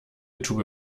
tube